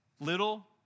little